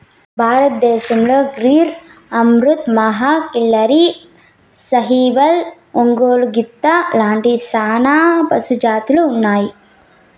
భారతదేశంలో గిర్, అమృత్ మహల్, కిల్లారి, సాహివాల్, ఒంగోలు గిత్త లాంటి చానా పశు జాతులు ఉన్నాయి